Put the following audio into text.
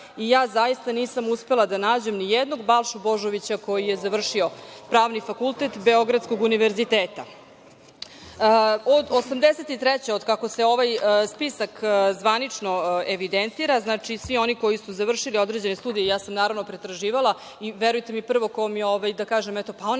i ja zaista nisam uspela da nađem nijednog Balšu Božovića koji je završio Pravni fakultet Beogradskog univerziteta. Od 1983. godine od kada se ovaj spisak zvanično evidentira, znači, svi oni koji su završili određene studije, a ja sam naravno pretraživala, i verujte mi, prvi koji mi je, da kažem, pao